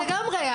לגמרי.